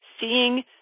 seeing